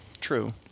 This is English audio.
True